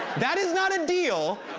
that is not a deal.